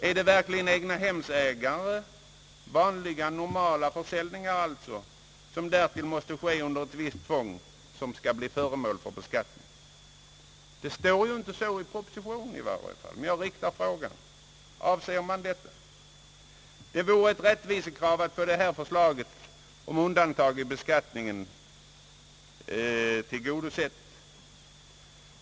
är det verkligen egnahem, vanliga normala försäljningar som därtill måste ske under ett visst tvång, som skall bli föremål för beskattning? Det står inte så i propositionen, men jag ställer ändå frågan om det är detta som avses. Det vore ett rättvisekrav att förslaget om undantag vid beskattningen tillgodoses.